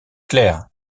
claire